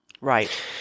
Right